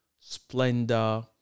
splendor